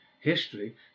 history